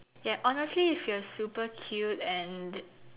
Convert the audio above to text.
ya honestly if you are super cute and